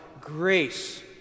Grace